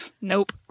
Nope